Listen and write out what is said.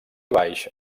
baix